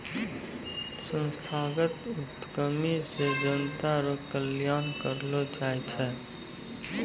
संस्थागत उद्यमी से जनता रो कल्याण करलौ जाय छै